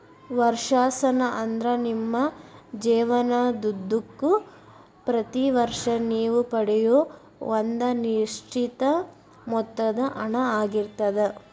ವರ್ಷಾಶನ ಅಂದ್ರ ನಿಮ್ಮ ಜೇವನದುದ್ದಕ್ಕೂ ಪ್ರತಿ ವರ್ಷ ನೇವು ಪಡೆಯೂ ಒಂದ ನಿಶ್ಚಿತ ಮೊತ್ತದ ಹಣ ಆಗಿರ್ತದ